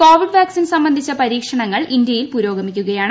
Covid vaccine സംബന്ധിച്ച പരീക്ഷണങ്ങൾ ഇന്തൃയിൽ പുരോഗമിക്കുകയാണ്